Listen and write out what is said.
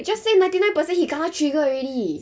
just say ninety nine percent he kena triggered already